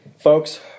Folks